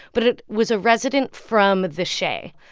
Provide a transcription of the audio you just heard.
but it was a resident from the shay.